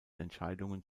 entscheidungen